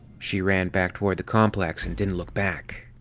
she ran back toward the complex and didn't look back.